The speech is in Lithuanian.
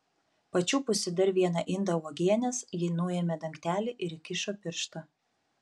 pačiupusi dar vieną indą uogienės ji nuėmė dangtelį ir įkišo pirštą